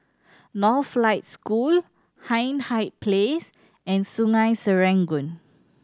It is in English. Northlight School Hindhede Place and Sungei Serangoon